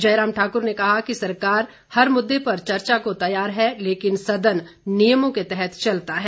जयराम ठाकुर ने कहा कि सरकार हर मुद्दे पर चर्चा को तैयार है लेकिन सदन नियमों के तहत चलता है